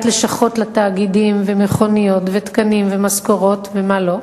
לשכות לתאגידים ומכוניות ותקנים ומשכורות ומה לא,